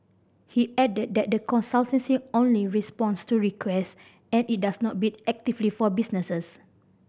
he added that the consultancy only responds to requests and it does not bid actively for businesses